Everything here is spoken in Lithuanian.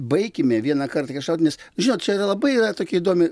baikime vieną kartą kerštaut nes žinot čia yra labai yra tokia įdomi